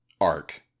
arc